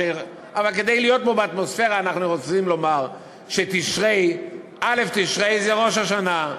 אבל כדי להיות פה באטמוספירה אנחנו רוצים לומר שא' תשרי זה ראש השנה.